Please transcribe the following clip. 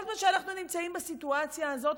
כל זמן שאנחנו נמצאים בסיטואציה הזאת,